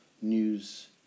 news